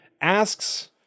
asks